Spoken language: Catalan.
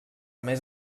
més